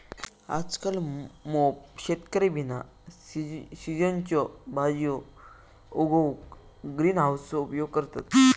आजकल मोप शेतकरी बिना सिझनच्यो भाजीयो उगवूक ग्रीन हाउसचो उपयोग करतत